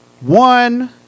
one